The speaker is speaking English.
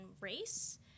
race